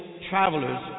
travelers